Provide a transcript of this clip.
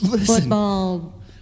Football